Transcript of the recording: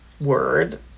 word